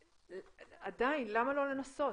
עדיין, למה לא לנסות?